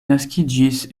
naskiĝis